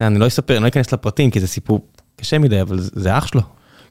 אני לא אספר, אני לא אכנס לפרטים כי זה סיפור קשה מדי, אבל זה אח שלו.